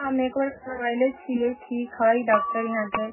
हम एक बेर करबयने छियै ठीक हइ डॉक्टर यहाँके